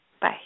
Bye